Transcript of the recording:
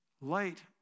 Light